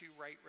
right